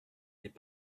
n’est